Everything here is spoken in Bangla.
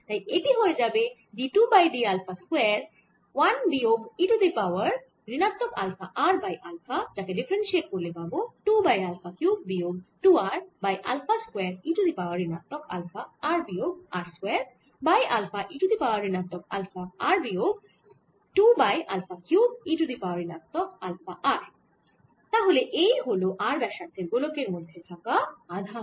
তাই এটি হয়ে যাবে d2 by d alpha square 1 বিয়োগ e টু দি পাওয়ার ঋণাত্মক আলফা r বাই আলফা যাকে ডিফারেনশিয়েট করলে পাবো 2 বাই আলফা কিউব বিয়োগ 2 r by alpha square e to the power ঋণাত্মক আলফা r বিয়োগ r square by alpha e to the power ঋণাত্মক আলফা r বিয়গ 2 by alpha cube e to the power ঋণাত্মক আলফা r তাহলে এই হল r ব্যাসার্ধের গোলকের মধ্যে থাকা আধান